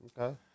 Okay